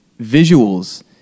visuals